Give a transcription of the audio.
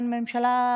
אין ממשלה,